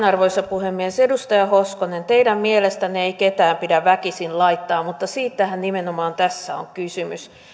arvoisa puhemies edustaja hoskonen teidän mielestänne ei ketään pidä väkisin laittaa mutta siitähän nimenomaan tässä on kysymys